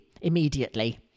immediately